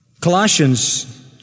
Colossians